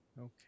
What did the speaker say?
Okay